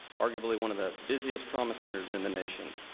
arguably, one of the busiest trauma centers in the nation.